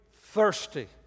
thirsty